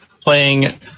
playing